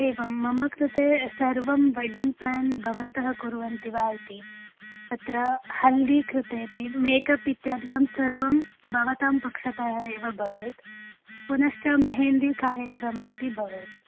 एवं मम कृते सर्वं वेडिङ्ग् प्लेन् भवन्तः कुर्वन्ति वा इति तत्र हल्दी कृतेपि मेकप् इत्यादिकं सर्वं भवतां पक्षतः एव भवेत् पुनश्च मेहेन्दीकार्यक्रमेपि भवेत्